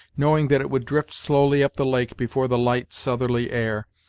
knowing that it would drift slowly up the lake before the light southerly air,